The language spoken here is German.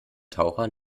taucher